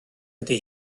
ydy